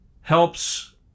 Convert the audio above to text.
helps